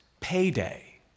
payday